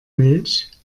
milch